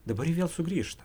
dabar ji vėl sugrįžta